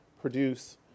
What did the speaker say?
produce